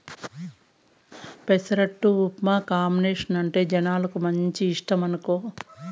పెసరట్టు ఉప్మా కాంబినేసనంటే జనాలకు మంచి ఇష్టమనుకో